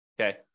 okay